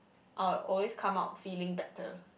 I'll always come out feeling better